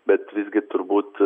bet visgi turbūt